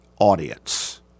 audience